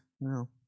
no